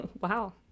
Wow